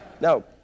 No